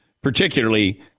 particularly